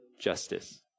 justice